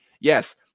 Yes